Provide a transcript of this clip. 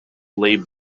lay